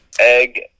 egg